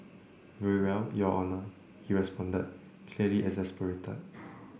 very well your Honour he responded clearly exasperated